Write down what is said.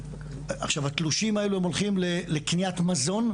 עכשיו התלושים האלו הולכים לקניית מזון,